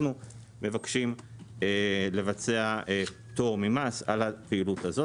אנחנו מבקשים לבצע פטור ממס על הפעילות הזו.